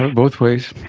ah both ways!